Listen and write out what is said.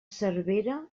cervera